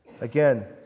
Again